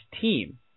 team